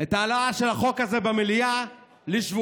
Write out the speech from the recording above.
את ההעלאה של החוק הזה במליאה בשבועיים.